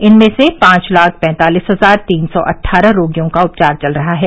इनमें से पांच लाख पैंतालीस हजार तीन सौ अटठारह रोगियों का उपचार चल रहा है